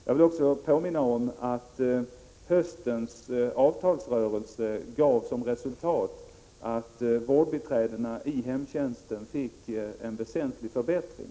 Jag vill också påminna om att höstens avtalsrörelse gav som resultat att vårdbiträdena i hemtjänsten fick en väsentlig förbättring.